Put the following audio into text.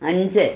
അഞ്ച്